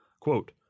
Quote